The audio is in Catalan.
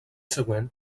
següent